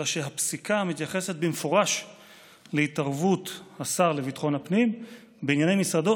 אלא הפסיקה מתייחסת במפורש להתערבות השר לביטחון הפנים בענייני משרדו,